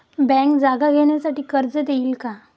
Bank जागा घेण्यासाठी कर्ज देईल का?